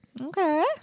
Okay